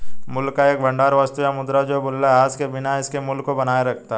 मूल्य का एक भंडार वस्तु या मुद्रा है जो मूल्यह्रास के बिना इसके मूल्य को बनाए रखता है